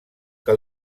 que